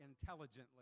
intelligently